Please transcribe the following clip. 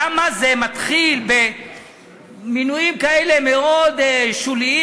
למה זה מתחיל במינויים כאלה מאוד שוליים,